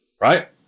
right